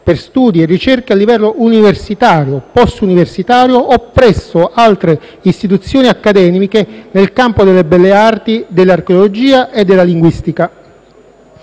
per studi e ricerche a livello universitario, *post*-universitario o presso altre istituzioni accademiche nel campo delle belle arti, dell'archeologia e della linguistica.